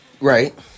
Right